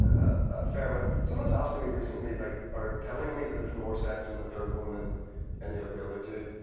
a ah fair amount. someone was asking me recently like or telling me that there's more sex in the third one than any of the other two.